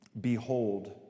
behold